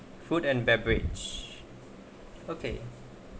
food and beverage okay